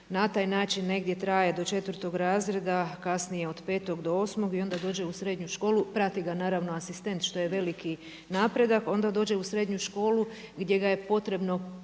na taj način negdje traje do 4. razreda. Kasnije od 5 do 8. I onda dođe u srednju školu, prati ga naravno asistent što je veliki napredak. Onda dođe u srednju školu gdje ga je potrebno